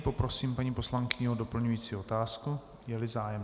Poprosím paní poslankyni o doplňující otázku, jeli zájem.